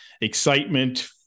excitement